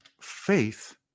faith